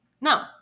no